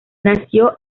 nació